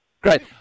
Great